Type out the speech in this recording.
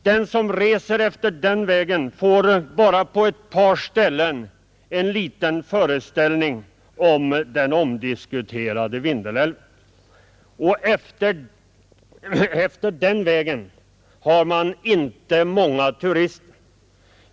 Den som reser efter den vägen får bara på några få ställen se den omdiskuterade Vindelälven och efter den dalgången har man inte många turister.